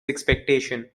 expectation